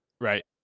Right